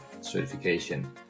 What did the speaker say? certification